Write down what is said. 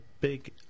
big